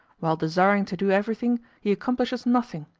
while desiring to do everything, he accomplishes nothing.